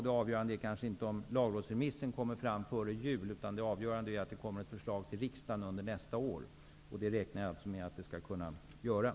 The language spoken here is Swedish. Det avgörande är kanske inte om lagrådsremissen kommer fram före jul, utan det avgörande är att det kommer ett förslag till riksdagen under nästa år. Jag räknar med att det skall gå.